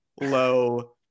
low